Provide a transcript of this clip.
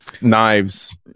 knives